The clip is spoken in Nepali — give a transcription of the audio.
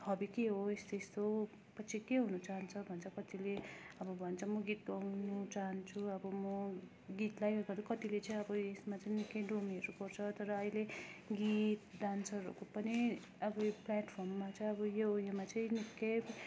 हबी के हो यस्तो यस्तो पछि के हुनु चाहन्छ भन्छ कत्तिले अब भन्छ म गीत गाउनु चाहन्छु अब म गीतलाई कति कतिले चाहिँ अब यसमा चाहिँ निकै डोमीहरू गर्छ तर अहिले गीत डान्सहरूको पनि अब यो प्लेटफर्ममा चाहिँ अब यो योमा चाहिँ निकै